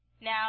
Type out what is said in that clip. now